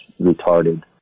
retarded